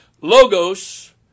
Logos